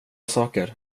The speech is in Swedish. saker